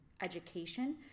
education